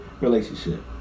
relationship